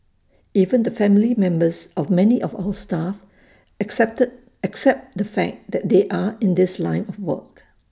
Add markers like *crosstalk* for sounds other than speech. even the family members of many of our staff *unintelligible* accept the fact that they are in this line of work